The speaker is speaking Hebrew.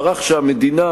מערך שהמדינה,